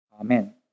Amen